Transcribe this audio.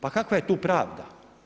Pa kakva je tu pravda?